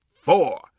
four